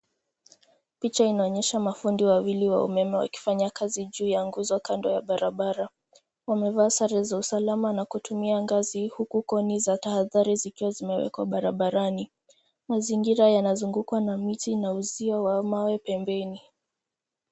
Picha inaonyesha mafundi wawili wa umeme wakifanya kazi juu ya nguzo kando ya barabara. Wamevaa sare za usalama na kutumia ngazi huku cone za tahadhari zikiwa zimewekwa barabarani. Mazingira yanazungukwa na miti na uzio wa waya pembeni.